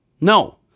No